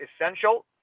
essential